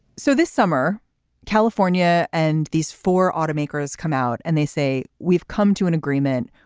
so this summer california and these four automakers come out and they say we've come to an agreement.